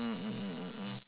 mm mm mm mm mm